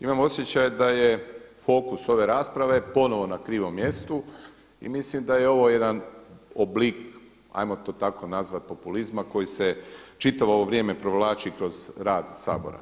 Imam osjećaj da je fokus ove rasprave ponovno na krivom mjestu i mislim da je ovo jedan oblik, 'ajmo to tako nazvati populizma koji se čitavo ovo vrijeme provlači kroz rad Sabora.